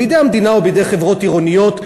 בידי המדינה או בידי חברות עירוניות,